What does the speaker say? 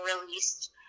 released